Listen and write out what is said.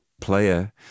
player